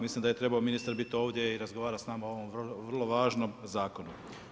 Mislim da je trebao biti ministar biti ovdje i razgovarati s nama o ovom vrlo važnom zakonu.